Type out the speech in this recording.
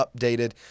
updated